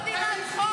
זאת מדינת חוק.